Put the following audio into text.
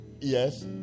Yes